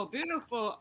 Beautiful